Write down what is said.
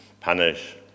punish